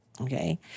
okay